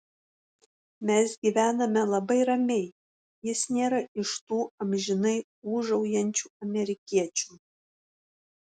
mes gyvename labai ramiai jis nėra iš tų amžinai ūžaujančių amerikiečių